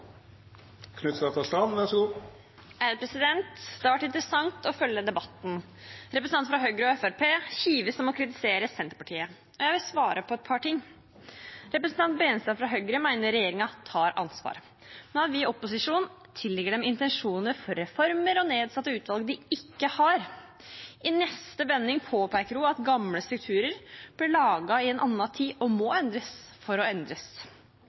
å kritisere Senterpartiet. Jeg vil svare på et par ting. Representanten Tveiten Benestad fra Høyre mener regjeringen tar ansvar, men at vi i opposisjonen tillegger dem intensjoner for reformer og nedsatte utvalg som de ikke har. I neste vending påpeker hun at gamle strukturer ble laget i en annen tid og må endres for å endres.